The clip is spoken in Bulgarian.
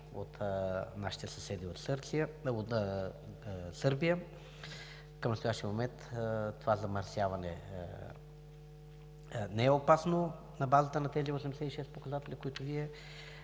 от нашите съседи от Сърбия към настоящия момент това замърсяване не е опасно на базата на тези 86 показателя, които Вие